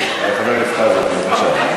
חבר הכנסת חזן, בבקשה.